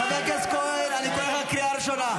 חבר הכנסת כהן, אני קורא אותך בקריאה ראשונה.